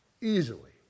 Easily